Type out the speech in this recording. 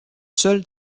seul